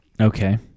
Okay